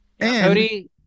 Cody